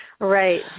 Right